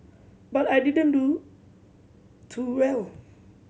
but I didn't do too well